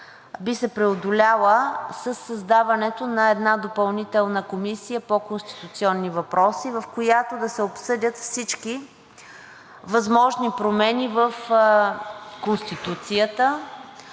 би се преодоляла със създаването на една допълнителна комисия – по конституционни въпроси, в която да се обсъдят всички възможни промени в Конституцията,